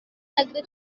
negeri